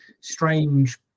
strange